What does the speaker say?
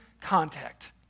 contact